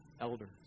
elders